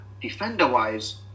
Defender-wise